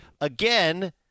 again